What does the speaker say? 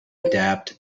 adapt